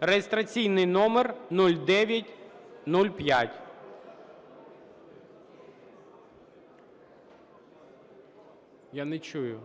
(реєстраційний номер 0905). Я не чую.